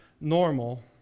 normal